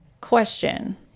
question